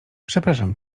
przepraszam